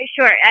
Sure